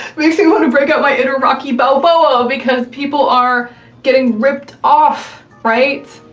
makes me wanna break out my inner rocky balboa because people are getting ripped off, right?